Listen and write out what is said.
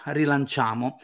rilanciamo